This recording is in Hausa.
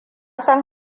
san